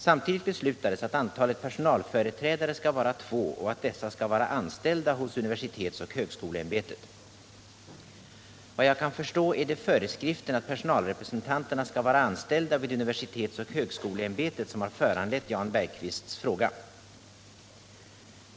Samtidigt beslutades att antalet personalföreträdare skall vara två och att dessa skall vara anställda hos universitetsoch högskoleämbetet. Vad jag kan förstå är det föreskriften att personalrepresentanterna skall vara anställda vid universitetsoch högskoleämbetet som har föranlett Jan Bergqvists fråga.